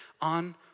on